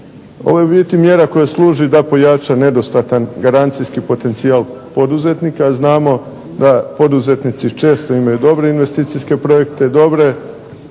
Ovo je u biti mjera koja služi da pojača nedostatna garancijski potencijal poduzetnika, a znamo da poduzetnici često imaju dobre investicijske projekte, dobre